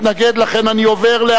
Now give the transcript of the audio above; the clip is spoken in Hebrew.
קובע